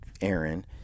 Aaron